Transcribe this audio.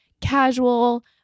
casual